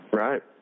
Right